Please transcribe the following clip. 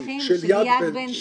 של יד בן צבי.